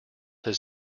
his